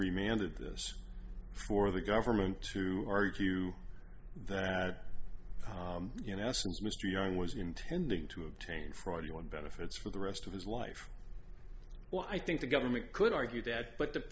at this for the government to argue that in essence mr young was intending to obtain friday on benefits for the rest of his life well i think the government could argue that but the